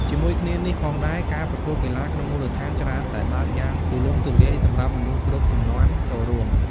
ជាមួយគ្នានេះផងដែរ ការប្រកួតកីឡាក្នុងមូលដ្ឋានច្រើនតែបើកយ៉ាងទូលំទូលាយសម្រាប់មនុស្សគ្រប់ជំនាន់ចូលរួម។